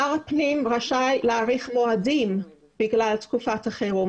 שר הפנים רשאי להאריך מועדים בגלל תקופת החירום,